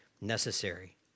necessary